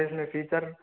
इसमें फीचर